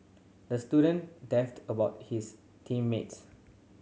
the student about his team mates